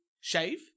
shave